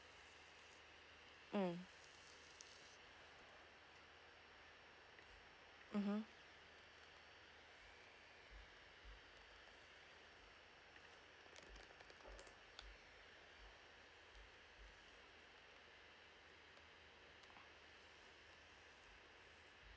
um mmhmm